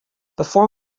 before